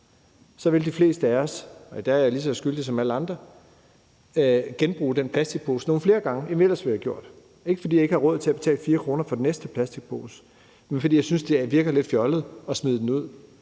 vil de fleste af os – der er jeg lige så skyldig som alle andre – genbruge den plastikpose nogle flere gange, end jeg ellers ville have gjort. Det er ikke, fordi jeg ikke har råd til at betale 4 kr. for den næste plastikpose, men fordi jeg synes, det virker lidt fjollet at smide den ud,